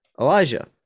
Elijah